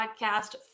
podcast